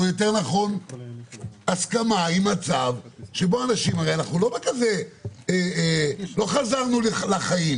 או יותר נכון הסכמה עם מצב שבו אנשים הרי אנחנו לא חזרנו לחיים,